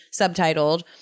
subtitled